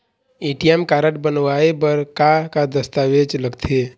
ATM card बनवाए बर का का दस्तावेज लगथे?